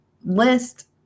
list